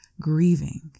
grieving